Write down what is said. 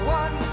one